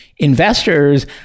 investors